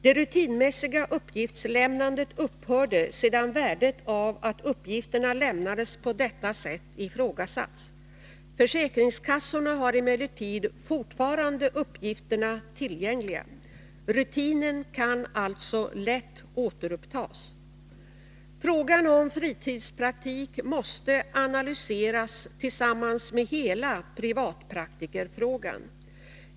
Det rutinmässiga uppgiftslämnandet upphörde sedan värdet av att uppgifterna lämnades på detta sätt ifrågasatts. Försäkringskassorna har emellertid förtfarande uppgifterna tillgängliga. Rutinen kan alltså lätt återupptas. Frågan om fritidspraktik måste analyseras tillsammans med hela privatpraktikerfrågan.